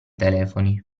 telefoni